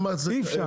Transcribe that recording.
אי אפשר.